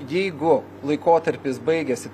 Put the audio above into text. jeigu laikotarpis baigėsi